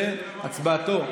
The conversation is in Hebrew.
והצבעתו,